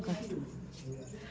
गाछी